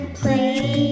play